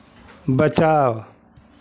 बचाओ